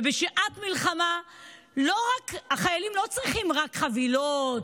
ובשעת מלחמה החיילים לא צריכים רק חבילות,